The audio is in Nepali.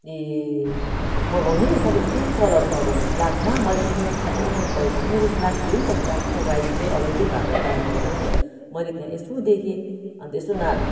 ए मगाउने तपाईँ चाहिँ कुन कलर मगाउने ब्ल्याकमा मैले चाहिँ पिङ्क साह्रो मन परेको थियो कि मेरो ब्ल्याक थियो नि त ब्ल्याक र वाइट चाहिँ अलरेडी भएको कारणले गर्दा चाहिँ मैले त्यहाँ यसो देखेँ अन्त यसो ना